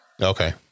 Okay